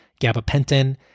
gabapentin